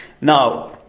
Now